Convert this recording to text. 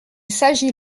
s’agit